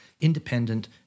independent